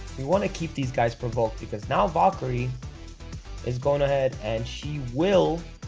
we want to keep these guys provoked because now valkyrie is going ahead, and she will